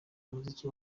umuziki